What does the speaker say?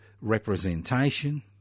representation